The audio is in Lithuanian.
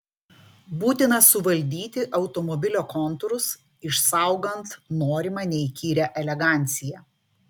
būtina suvaldyti automobilio kontūrus išsaugant norimą neįkyrią eleganciją